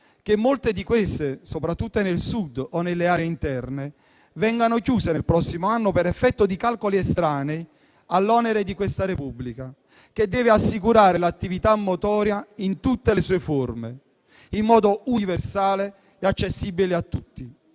che molte di queste, soprattutto nel Sud o nelle aree interne, vengano chiuse nel prossimo anno per effetto di calcoli estranei all'onere di questa Repubblica, che deve assicurare l'attività motoria in tutte le sue forme, in modo universale e accessibile a tutti.